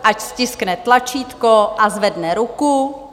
Ať stiskne tlačítko a zvedne ruku.